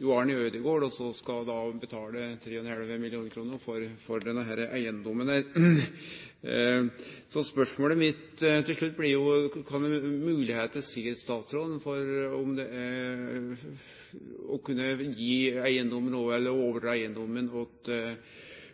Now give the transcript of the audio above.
Jo Arne Ødegård å betale 3,5 mill. kr for denne eigedomen. Så spørsmålet mitt til slutt blir: Kva for moglegheiter ser statsråden for seg til å kunne